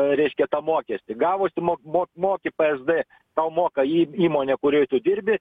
reiškia tą mokestį gavosi mo mo moki psd tau moka jį įmonė kurioj tu dirbi